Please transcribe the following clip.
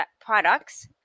products